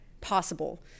possible